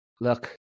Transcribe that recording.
Look